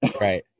right